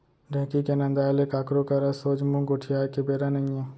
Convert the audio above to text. ढेंकी के नंदाय ले काकरो करा सोझ मुंह गोठियाय के बेरा नइये